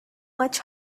much